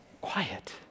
Quiet